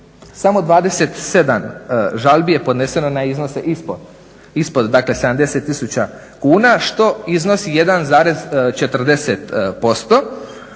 samo 27 žalbi je podneseno na iznose ispod 70 tisuća kuna što iznosi 1,40%.